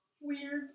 Weird